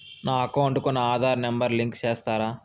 నా అకౌంట్ కు నా ఆధార్ నెంబర్ లింకు చేసారా